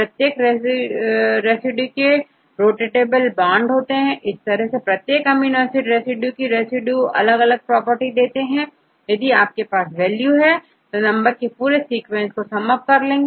प्रत्येक रेसिड्यू में rotatable bond होते हैं इसी तरह से प्रत्येक अमीनो एसिड रेसिड्यू की रेसिड्यू की अलग अलग प्रॉपर्टी होती है तो यदि आपके पास वैल्यू है तो नंबर को पूरे सीक्वेंस मैं समअप कर लेते हैं